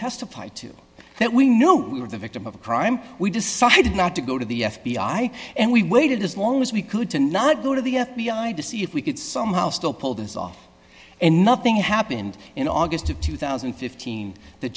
to that we know we were the victim of crime we decided not to go to the f b i and we waited as long as we could to not go to the f b i to see if we could somehow still pull this off and nothing happened in august of two thousand and fifteen the